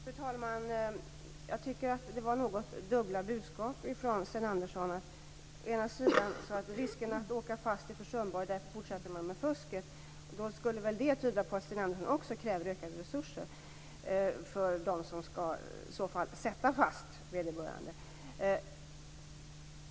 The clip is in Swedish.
Fru talman! Jag tycker att det var något dubbla budskap från Sten Andersson. Han sade att risken att åka fast är försumbar och därför fortsätter man med fusket. Det skulle väl tyda på att Sten Andersson också kräver ökade resurser för dem som skall sätta fast vederbörande.